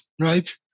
right